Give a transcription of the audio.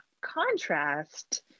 contrast